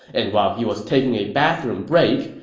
and while he was taking a bathroom break,